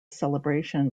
celebration